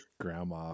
Grandma